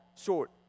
short